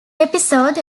episode